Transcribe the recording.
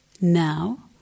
now